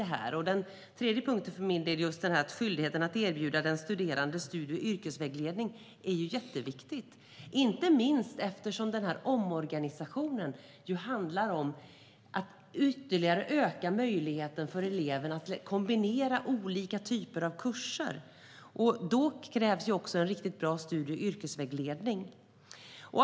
Den tredje punkten om skyldigheten att erbjuda den studerande studie och yrkesvägledning är viktig. Det handlar inte minst om att denna omorganisation innebär att ytterligare öka möjligheten för eleven att kombinera olika typer av kurser. Då krävs en riktigt bra studie och yrkesvägledning.